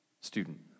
student